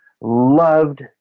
loved